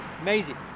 Amazing